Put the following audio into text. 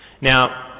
Now